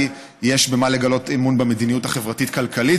יש במה לגלות אמון במדיניות החברתית-כלכלית,